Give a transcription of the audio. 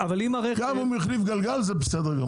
גם אם הוא החליף גלגל, זה בסדר גמור.